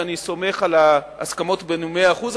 ואני סומך על ההסכמות בינינו במאה אחוז,